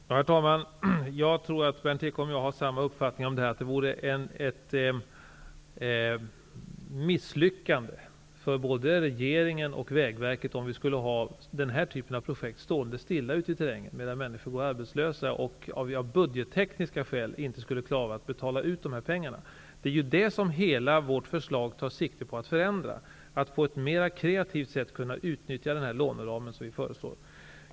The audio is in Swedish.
Herr talman! Jag tror att Berndt Ekholm och jag har samma uppfattning, nämligen att det vore ett misslyckande för både regeringen och Vägverket om den här typen av projekt blev stillastående ute i terrängen, samtidigt som människor går arbetslösa -- dvs. om vi av budgettekniska skäl inte skulle klara utbetalningen av de här pengarna. Vad vi genomgående tar sikte på i vårt förslag är ju att förändra och att på ett mera kreativt sätt utnyttja den låneram som vi föreslår.